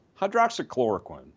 hydroxychloroquine